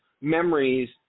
memories